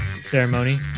ceremony